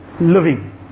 living